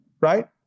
right